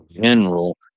general